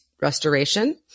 restoration